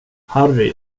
harry